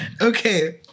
Okay